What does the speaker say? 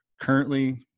currently